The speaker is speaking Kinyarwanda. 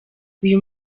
uyu